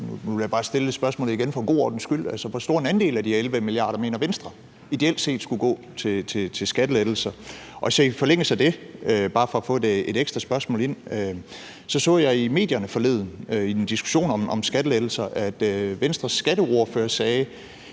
ordens skyld stille spørgsmålet igen. Altså, hvor stor en andel af de 11 mia. kr. mener Venstre ideelt set skulle gå til skattelettelser? I forlængelse af det – bare for at få et ekstra spørgsmål ind – så jeg i medierne forleden, i en diskussion om skattelettelser, at Venstres skatteordfører sagde,